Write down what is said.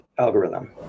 algorithm